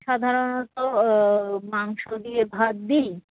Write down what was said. সাধারণত মাংস দিয়ে ভাত দিই